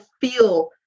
feel